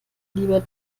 lieber